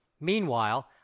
Meanwhile